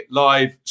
live